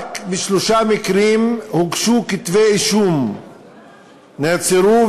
רק בשלושה מקרים הוגשו כתבי-אישום נעצרו,